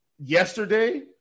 yesterday